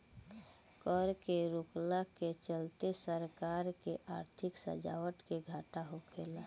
कर के रोकला के चलते सरकार के आर्थिक राजस्व के घाटा होखेला